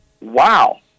wow